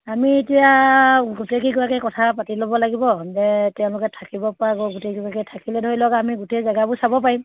আমি এতিয়া গোটেই কেইগৰাকীয়ে কথা পাতি ল'ব লাগিব যে তেওঁলোকে থাকিবপৰাকৈ গোটেই কেইগৰাকীয়ে থাকিলে ধৰি লওক আমি গোটেই জেগাবোৰ চাব পাৰিম